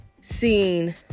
seen